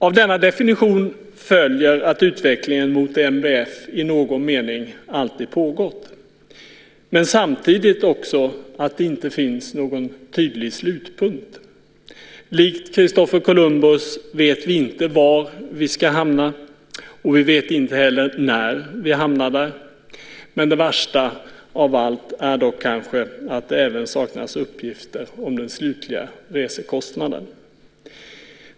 Av denna definition följer att utvecklingen i riktning mot NBF i någon mening alltid har pågått. Men samtidigt följer att det inte finns någon tydlig slutpunkt. Likt Christofer Columbus vet vi inte var vi ska hamna och vi vet inte heller när vi hamnar där. Men det värsta av allt är kanske att det även saknas uppgifter om den slutliga resekostnaden.